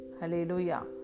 hallelujah